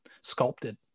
sculpted